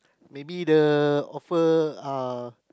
maybe the offer uh